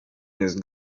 jest